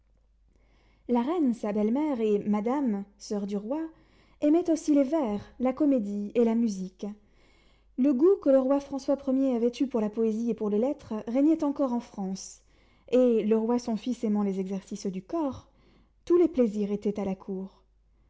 la reine sa belle-mère et madame soeur du roi aimaient aussi les vers la comédie et la musique le goût que le roi françois premier avait eu pour la poésie et pour les lettres régnait encore en france et le roi son fils aimant les exercices du corps tous les plaisirs étaient à la cour